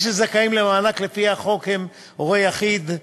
מי שזכאים למענק לפי החוק הם: הורה יחיד,